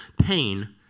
pain